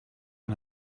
and